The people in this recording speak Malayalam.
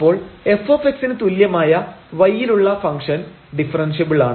അപ്പോൾ f ന് തുല്യമായ y ലുള്ള ഫംഗ്ഷൻ ഡിഫറൻഷ്യബിളാണ്